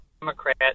democrat